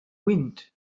wind